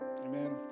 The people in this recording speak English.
Amen